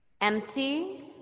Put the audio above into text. Empty